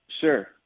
Sure